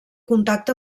contacte